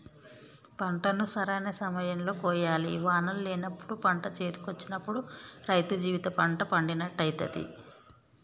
పంటను సరైన సమయం లో కోయాలి వానలు లేనప్పుడు పంట చేతికొచ్చినప్పుడు రైతు జీవిత పంట పండినట్టయితది